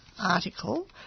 article